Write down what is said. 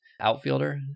outfielder